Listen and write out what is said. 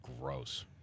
gross